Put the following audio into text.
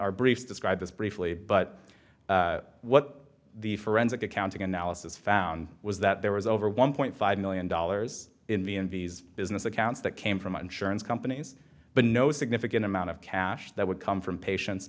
our brief described as briefly but what the forensic accounting analysis found was that there was over one point five million dollars in the envies business accounts that came from insurance companies but no significant amount of cash that would come from patien